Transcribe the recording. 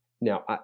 Now